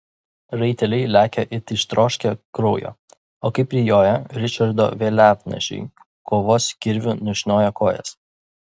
raiteliai lekia it ištroškę kraujo o kai prijoja ričardo vėliavnešiui kovos kirviu nušnioja kojas